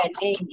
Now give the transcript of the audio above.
name